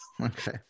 Okay